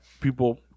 people